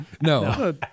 No